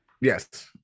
yes